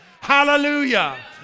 Hallelujah